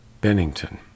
Bennington